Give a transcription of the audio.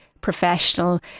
Professional